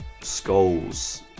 Skulls